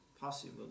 Possible